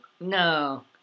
No